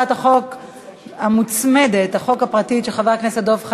24 בעד, אין מתנגדים.